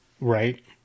Right